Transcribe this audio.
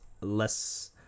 less